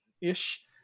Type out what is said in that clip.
ish